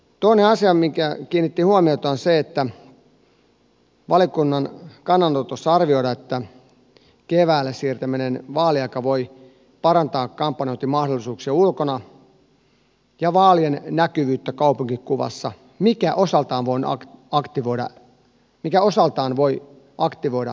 toinen asia mikä kiinnitti huomiota on se että valiokunnan kannanotossa arvioidaan että vaaliajan siirtäminen keväälle voi parantaa kampanjointimahdollisuuksia ulkona ja vaalien näkyvyyttä kaupunkikuvassa mikä osaltaan voi aktivoida äänestäjiä